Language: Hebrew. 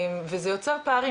כי אני עוד לא הבנתי את הבעיה.